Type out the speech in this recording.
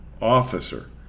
officer